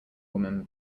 woman